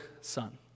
son